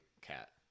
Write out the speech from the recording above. Cat